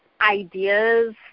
ideas